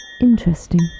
Interesting